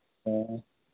ꯑꯥ